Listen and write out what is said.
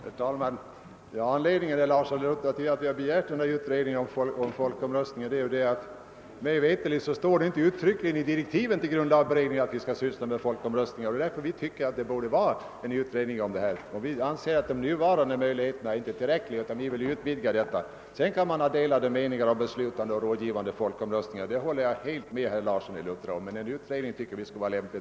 Herr talman! Anledningen till att vi har begärt den här utredningen är att oss veterligt står det inte uttryckligen i direktiven till grundlagberedningen att den skall syssla med folkomröstningar. Vi tycker att det borde göras en utredning härom, ty de nuvarande möjligheterna är inte tillräckliga och vi vill utvidga dem. Att man kan ha delade meningar om beslutande och rådgivande folkomröstningar håller jag helt med herr. Larsson i Luttra om, men en utredning tycker vi skulle vara lämplig.